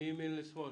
מימין לשמאל.